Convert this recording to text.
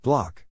Block